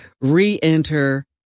re-enter